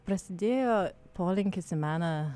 prasidėjo polinkis į meną